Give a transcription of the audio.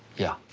yeah.